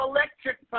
Electric